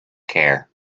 care